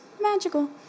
magical